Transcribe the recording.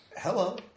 Hello